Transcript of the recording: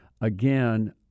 again